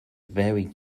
very